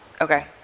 Okay